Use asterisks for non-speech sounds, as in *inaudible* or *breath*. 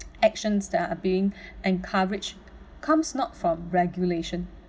*noise* actions that are being *breath* encouraged comes not from regulation